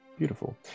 beautiful